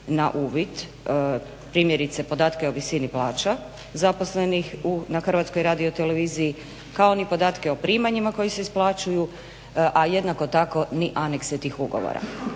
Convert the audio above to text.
na uvid primjerice podatke o visini plaća zaposlenih na HRT-u, kao ni podatke o primanjima koji se isplaćuju, a jednako tako ni anekse tih ugovora.